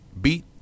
beat